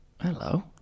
Hello